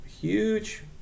huge